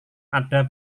ada